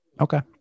Okay